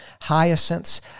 hyacinths